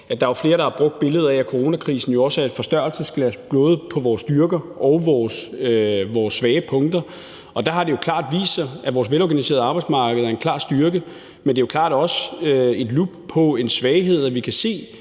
Der er jo flere, der har brugt billedet med, at coronakrisen også er et forstørrelsesglas for både vores styrker og vores svage punkter. Der har det klart vist sig, at vores velorganiserede arbejdsmarked er en styrke, men det er jo også klart en lup på en svaghed, at vi kan se,